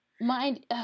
mind